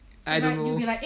I don't know